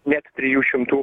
net trijų šimtų